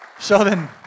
Sheldon